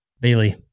Bailey